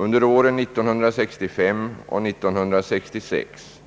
Under åren 1965 och 1966